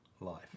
life